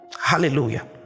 hallelujah